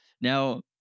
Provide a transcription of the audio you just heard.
Now